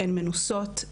הן מנוסות,